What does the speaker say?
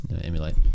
emulate